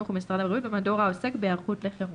ומשרד הבריאות במדור העוסק בהיערכות לחירום,